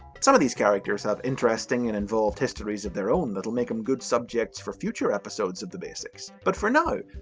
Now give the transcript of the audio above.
some of these characters have interesting and involved histories of their own that will make them good subjects for future episodes of the basics, but for now,